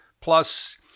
Plus